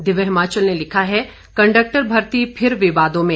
दिव्य हिमाचल ने लिखा है कंडक्टर भर्ती फिर विवादों में